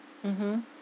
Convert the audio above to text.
mm